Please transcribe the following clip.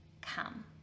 come